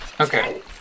Okay